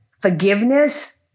Forgiveness